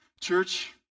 Church